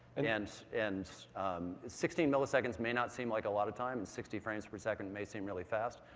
and and and sixteen milliseconds may not seem like a lot of time and sixty frames per second may seem really fast,